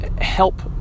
help